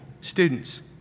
students